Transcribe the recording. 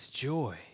Joy